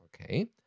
Okay